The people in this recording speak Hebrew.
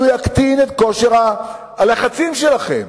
כי הוא יקטין את כושר הלחצים שלכם.